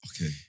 Okay